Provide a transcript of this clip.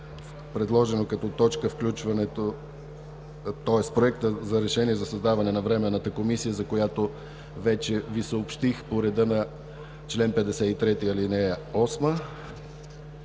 предложено като точка включването на Проекта за решение за създаване на Временната комисия, за която вече Ви съобщих, по реда на чл. 53, ал. 8